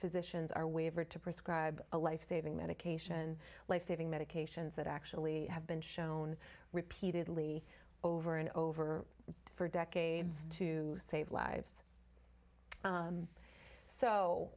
physicians are waiver to prescribe a life saving medication lifesaving medications that actually have been shown repeatedly over and over for decades to save lives